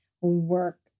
work